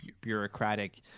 bureaucratic